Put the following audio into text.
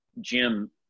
Jim